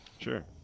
Sure